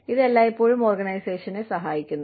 ഇത് എല്ലായ്പ്പോഴും ഓർഗനൈസേഷനെ സഹായിക്കുന്നു